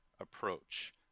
approach